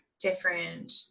different